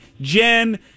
Jen